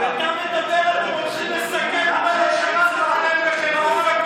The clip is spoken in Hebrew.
ואתה מדבר על איך הולכים לסכן את חיילי צה"ל